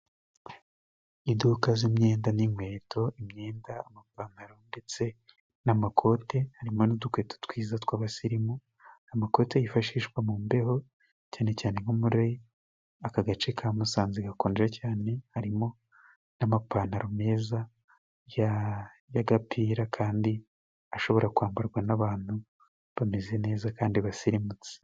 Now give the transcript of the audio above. Iduka z'imyenda n'inkweto, imyenda amapantalo ndetse n'amakote. Harimo n'udukweto twiza tw'abasirimu, amakote yifashishwa mu mbeho cyane cyane nko muri aka gace ka Musanze gakonja cyane. harimo n'amapantalo meza ya y'agapira kandi ashobora kwambarwa n'abantu bameze neza kandi basirimutse.